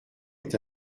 est